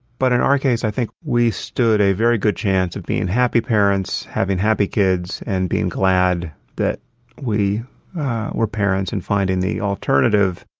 but in our case, i think we stood a very good chance of being happy parents, having happy kids and being glad that we were parents and finding the alternative,